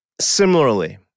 Similarly